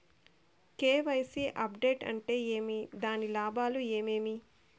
KYC update అంటే ఏమి? దాని లాభాలు ఏమేమి?